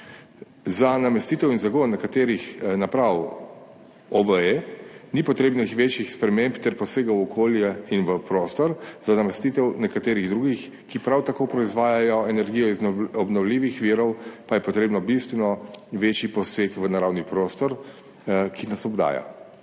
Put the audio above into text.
Za namestitev in zagon nekaterih naprav OVE, ni potrebnih večjih sprememb ter posegov v okolje in v prostor, za namestitev nekaterih drugih, ki prav tako proizvajajo energijo iz obnovljivih virov, pa je potrebno bistveno večji poseg v naravni prostor, ki nas obdaja.